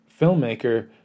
filmmaker